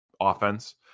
offense